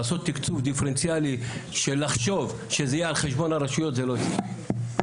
לעשות תקצוב דיפרנציאלי שלחשוב שזה יהיה על חשבון הרשויות זה לא יצלח,